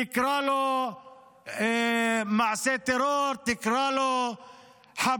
תקרא לו "מעשה טרור", תקרא לו "חבלה".